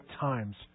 times